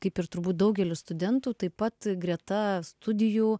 kaip ir turbūt daugelis studentų taip pat greta studijų